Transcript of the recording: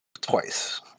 twice